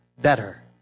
better